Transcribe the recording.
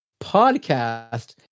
podcast